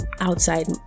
outside